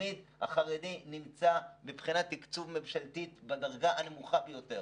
התלמיד החרדי נמצא מבחינת תקצוב ממשלתי בדרגה הנמוכה ביותר.